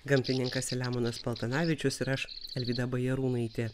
gamtininkas selemonas paltanavičius ir aš alvyda bajarūnaitė